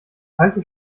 kalte